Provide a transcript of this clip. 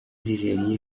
algeria